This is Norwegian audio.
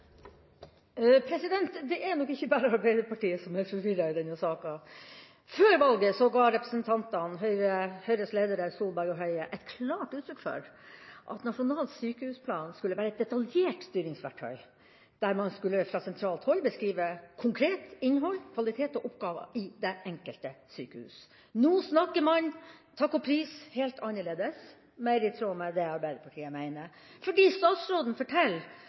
nok ikke bare Arbeiderpartiet som er forvirret i denne saken. Før valget ga Høyre-representantene Solberg og Høie klart uttrykk for at en nasjonal sykehusplan skulle være et detaljert styringsverktøy, der man fra sentralt hold konkret skulle beskrive innhold, kvalitet og oppgaver i det enkelte sykehuset. Nå snakker man takk og pris helt annerledes – mer i tråd med det Arbeiderpartiet mener, for statsråden forteller